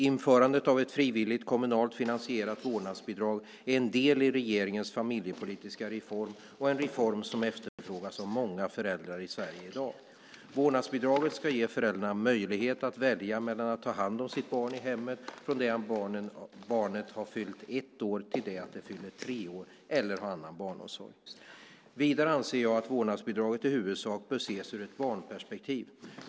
Införandet av ett frivilligt kommunalt finansierat vårdnadsbidrag är en del i regeringens familjepolitiska reform och en reform som efterfrågas av många föräldrar i Sverige i dag. Vårdnadsbidraget ska ge föräldrarna möjlighet att välja mellan att ta hand om sitt barn i hemmet från det att barnet fyllt ett år till det att det fyller tre år, eller ha annan barnomsorg. Vidare anser jag att vårdnadsbidraget i huvudsak bör ses ur ett barnperspektiv.